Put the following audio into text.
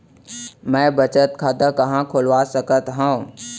मै बचत खाता कहाँ खोलवा सकत हव?